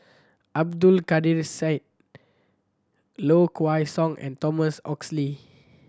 Abdul Kadir Syed Low Kway Song and Thomas Oxley